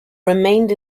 remained